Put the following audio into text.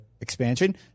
expansion